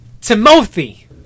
Timothy